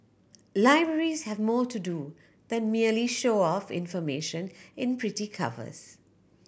libraries have more to do than merely show off information in pretty covers